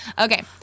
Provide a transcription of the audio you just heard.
Okay